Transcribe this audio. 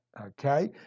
okay